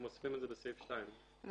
אנחנו מוסיפים את זה בסעיף 2. אני